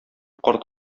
карт